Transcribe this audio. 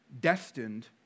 destined